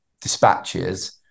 dispatches